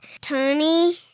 Tony